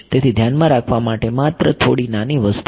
તેથી ધ્યાનમાં રાખવા માટે માત્ર થોડી નાની વસ્તુ છે